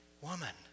Woman